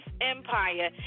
empire